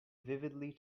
vividly